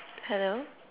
hello